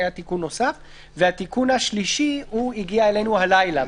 והתיקון השלישי הגיע אלינו הלילה,